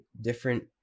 different